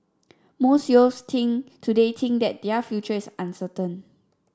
most youths think today think that their future is uncertain